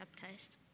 baptized